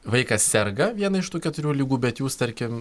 vaikas serga viena iš tų keturių ligų bet jūs tarkim